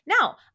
Now